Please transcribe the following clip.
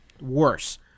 worse